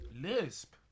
Lisp